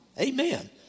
Amen